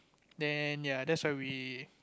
then ya that's where we